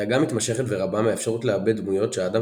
דאגה מתמשכת ורבה מהאפשרות לאבד דמויות שהאדם